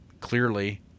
clearly